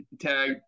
tag